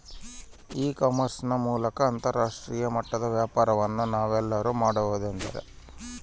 E commerce ನ ಮೂಲಕ ಅಂತರಾಷ್ಟ್ರೇಯ ಮಟ್ಟದ ವ್ಯಾಪಾರವನ್ನು ನಾವೆಲ್ಲರೂ ಮಾಡುವುದೆಂದರೆ?